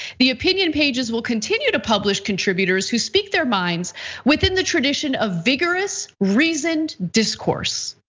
the opinion pages will continue to publish contributors who speak their minds within the tradition of vigorous, reasoned discourse.